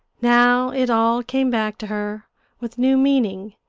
now it all came back to her with new meaning,